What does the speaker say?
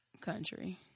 country